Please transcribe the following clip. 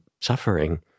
suffering